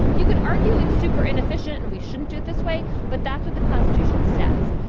you could argue it's super inefficient and we shouldn't do it this way. but that's what the constitution says.